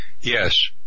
Yes